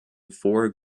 four